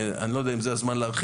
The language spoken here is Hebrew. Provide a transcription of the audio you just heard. אני לא יודע אם זה הזמן להרחיב,